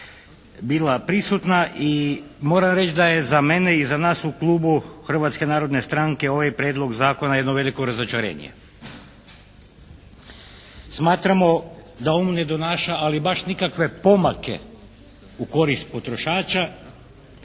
bila prisutna i moram reći da je za mene i za nas u klubu Hrvatske narodne stranke ovaj Prijedlog zakona jedno veliko razočarenje. Smatramo da on ne donaša ali baš nikakve pomake u korist potrošača